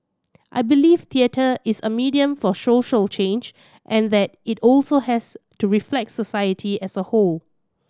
I believe theatre is a medium for social change and that it also has to reflect society as a whole